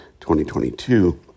2022